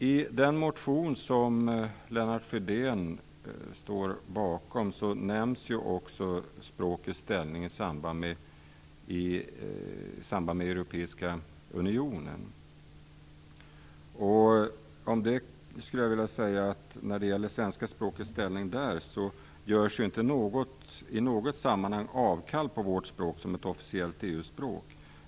I den motion som Lennart Fridén står bakom nämns språkets ställning i samband med EU. Men när det gäller svenska språkets ställning i EU görs inte i något sammanhang avkall på vårt språk som ett officiellt EU-språk.